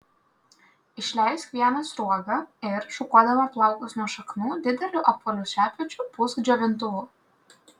išleisk vieną sruogą ir šukuodama plaukus nuo šaknų dideliu apvaliu šepečiu pūsk džiovintuvu